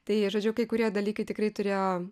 tai žodžiu kai kurie dalykai tikrai turėjo